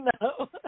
no